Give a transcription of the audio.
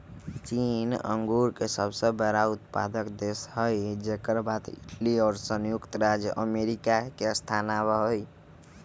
चीन अंगूर के सबसे बड़ा उत्पादक देश हई जेकर बाद इटली और संयुक्त राज्य अमेरिका के स्थान आवा हई